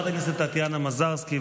חברת הכנסת טטיאנה מזרסקי,